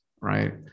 right